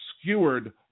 skewered